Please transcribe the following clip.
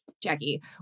jackie